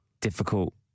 difficult